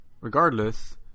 regardless